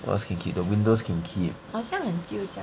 what else can keep the windows can keep